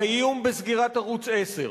האיום בסגירת ערוץ-10,